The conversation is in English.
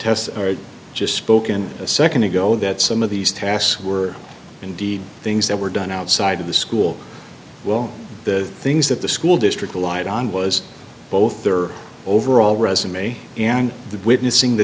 test just spoken a second ago that some of these tasks were indeed things that were done outside of the school while the things that the school district relied on was both their overall resume and the witnessing the